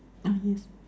oh yes